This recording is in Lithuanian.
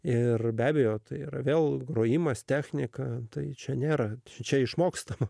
ir be abejo tai yra vėl grojimas technika tai čia nėra čia išmokstama